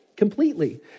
completely